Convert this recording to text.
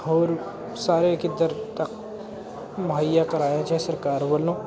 ਹੋਰ ਸਾਰੇ ਕਿੱਧਰ ਤੱਕ ਮੁਹੱਈਆ ਕਰਾਇਆ ਜਾਏ ਸਰਕਾਰ ਵੱਲੋਂ